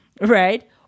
right